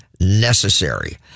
necessary